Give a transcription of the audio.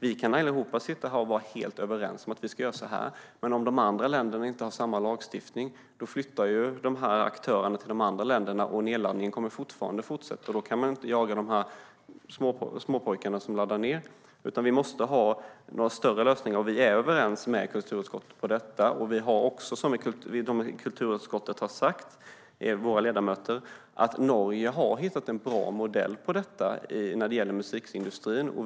Vi kan sitta här allihop och vara helt överens om att vad vi ska göra, men om de andra länderna inte har samma lagstiftning flyttar aktörerna till de länderna, och nedladdningen kommer att fortsätta. Man kan inte jaga småpojkarna som laddar ned, utan vi måste ha större lösningar. Vi är överens med kulturskottet när det gäller det här. Som våra ledamöter i kulturutskottet har sagt har Norge hittat en bra modell för detta när det gäller musikindustrin.